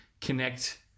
connect